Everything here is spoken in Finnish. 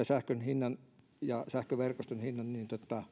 sähkön hinnan ja sähköverkoston hinnan